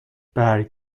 برگ